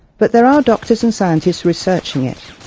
but there are doctors and scientists researching it.